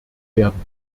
werden